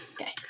okay